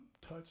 touch